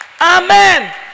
Amen